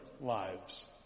lives